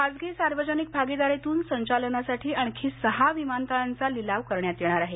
खाजगी सार्वजनिक भागिदारीतून संचालनासाठी आणखी सहा विमानतळांचा लिलाव करण्यात येणार आहे